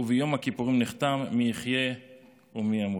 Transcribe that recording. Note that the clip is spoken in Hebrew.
וביום הכיפורים נחתם מי יחיה ומי ימות.